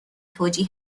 توجیه